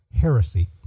heresy